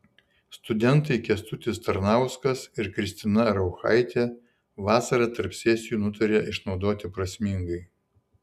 studentai kęstutis tarnauskas ir kristina rauchaitė vasarą tarp sesijų nutarė išnaudoti prasmingai